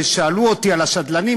כששאלו אותי על השדלנים,